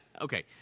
okay